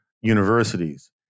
universities